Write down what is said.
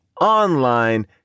online